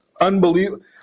unbelievable